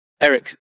Eric